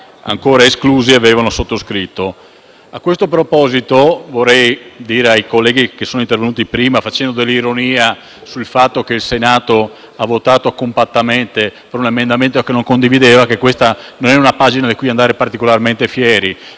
ancora esclusi avevano sottoscritto. A questo proposito vorrei dire ai colleghi intervenuti prima, facendo dell'ironia sul fatto che il Senato abbia votato compattamente un emendamento che non condivideva, che non è una pagina di cui andare particolarmente fieri.